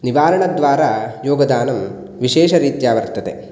निवारणद्वारा योगदानं विशेषरीत्या वर्तते